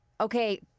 okay